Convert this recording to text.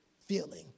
feeling